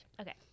Okay